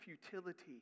futility